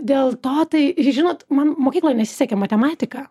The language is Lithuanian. dėl to tai žinot man mokykloj nesisekė matematika